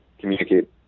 communicate